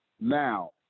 Now